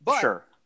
Sure